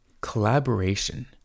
Collaboration